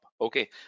okay